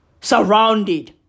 surrounded